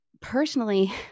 personally